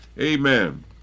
amen